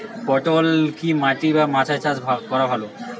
পটল কি মাটি বা মাচায় চাষ করা ভালো?